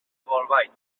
bolbait